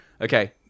Okay